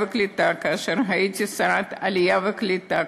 והקליטה כאשר הייתי שרת העלייה והקליטה,